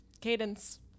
Cadence